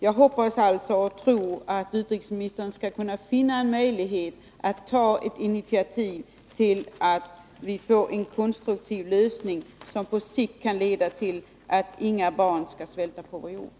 Jag hoppas alltså och tror att utrikesministern skall kunna finna en möjlighet att ta ett initiativ till att vi får en konstruktiv lösning som på sikt kan leda till att inga barn skall svälta på vår jord.